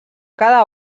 cada